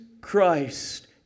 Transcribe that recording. Christ